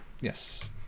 Yes